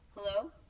Hello